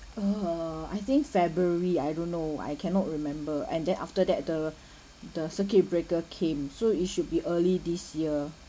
uh I think february I don't know I cannot remember and then after that the the circuit breaker came so it should be early this year